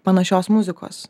panašios muzikos